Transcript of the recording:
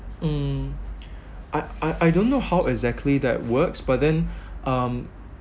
mm I I I don't know how exactly that works but then um